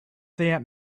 that